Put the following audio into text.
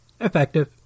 Effective